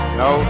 no